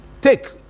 take